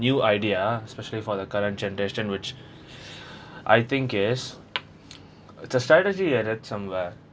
new idea ah especially for the current generation which I think is the strategy somewhere